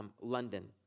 London